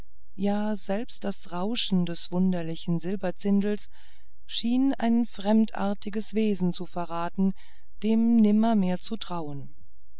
ja selbst das rauschen des wunderlichen silberzindels schien ein fremdartiges wesen zu verraten dem nimmermehr zu trauen